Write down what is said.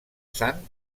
sant